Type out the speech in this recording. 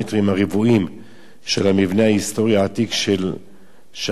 של המבנה ההיסטורי העתיק של שער מרומי הר-ציון.